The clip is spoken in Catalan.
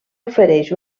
ofereix